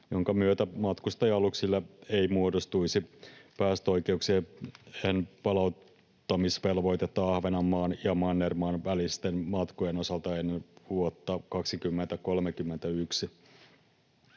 jonka myötä matkustaja-aluksille ei muodostuisi päästöoikeuksien palauttamisvelvoitetta Ahvenanmaan ja mannermaan välisten matkojen osalta ennen vuotta 2031.